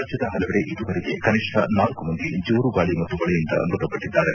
ರಾಜ್ಯದ ಹಲವೆಡೆ ಇದುವರೆಗೆ ಕನಿಷ್ಣ ನಾಲ್ಕು ಮಂದಿ ಜೋರುಗಾಳಿ ಮತ್ತು ಮಳೆಯಿಂದ ಮೃತಪಟ್ಟಿದ್ದಾರೆ